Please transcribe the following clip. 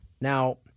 Now